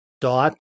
dot